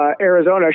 Arizona